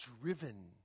driven